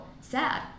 sad